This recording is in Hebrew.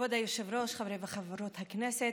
כבוד היושב-ראש, חברות וחברי הכנסת,